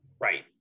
Right